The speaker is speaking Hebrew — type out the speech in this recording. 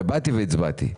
ובאתי והצבעתי.